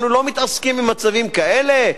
אנחנו לא מתעסקים עם מצבים כאלה,